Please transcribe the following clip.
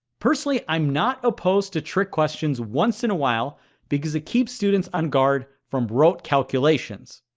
personally, i'm not opposed to trick questions once in a while because it keeps students on guard from broke calculations.